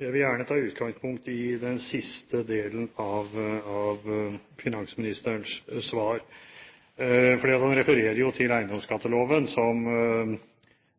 Jeg vil gjerne ta utgangspunkt i den siste delen av finansministerens svar, for han refererer jo til eiendomsskatteloven, som